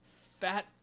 fat